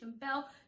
bell